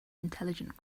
intelligent